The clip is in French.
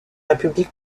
république